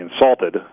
insulted